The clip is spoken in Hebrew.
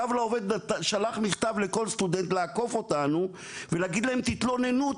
"קו לעובד" שלח מכתב לכל סטודנט לעקוף אותנו ולהגיד להם תתלוננו,